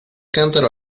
cántaro